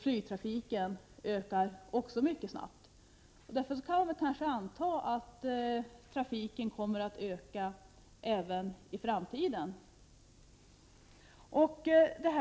Flygtrafiken ökar också mycket snabbt. Därför kan man kanske anta att trafiken kommer att öka även i framtiden.